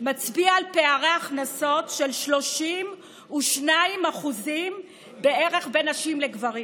מצביע על פערי הכנסות של 32% בערך בין נשים לגברים.